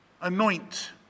anoint